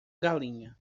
galinha